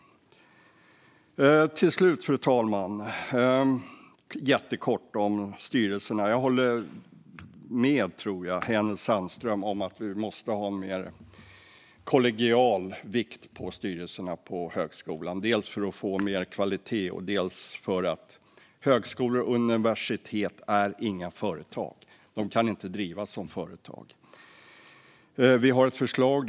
Jag ska till slut säga något jättekort om styrelserna. Jag tror att jag håller med Marie-Louise Hänel Sandström om att vi måste ha mer kollegial vikt på styrelserna på högskolan. Det är dels för att få mer kvalitet, dels för att högskolor och universitet inte är några företag. De kan inte drivas som företag. Vi har ett förslag.